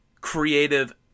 creative